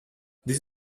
this